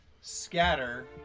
scatter